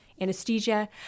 anesthesia